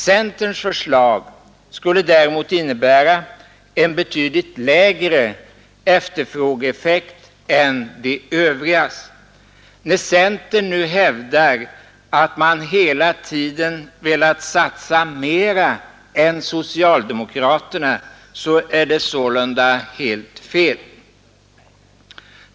Centerns förslag skulle däremot innebära en betydligt lägre efterfrågeeffekt än de övrigas. När centern nu hävdar att man hela tiden velat satsa mera än socialdemokraterna, är det sålunda helt fel.